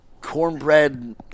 cornbread